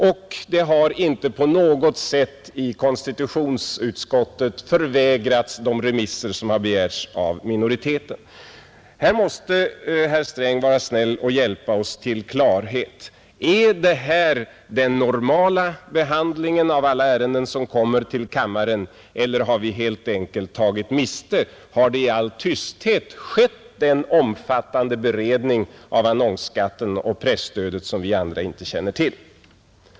Minoriteten i konstitutionsutskottet skulle heller inte på något sätt förvägrats de remisser den har begärt. Här måste herr Sträng vara snäll och hjälpa oss till klarhet. Är det här den normala behandlingen av alla ärenden som kommer till kammaren eller har vi helt enkelt tagit miste, har det i all tysthet skett en omfattande beredning av annonsskatten och presstödet som vi andra inte känner till?